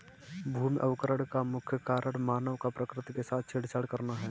भूमि अवकरण का मुख्य कारण मानव का प्रकृति के साथ छेड़छाड़ करना है